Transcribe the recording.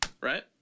Right